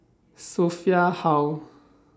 Sophia Hull